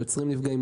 היוצרים נפגעים,